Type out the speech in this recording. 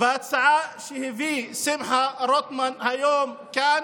וההצעה שהביא שמחה רוטמן היום כאן